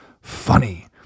funny